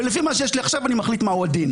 ולפי מה שיש לי עכשיו אני מחליט מהו הדין.